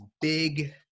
big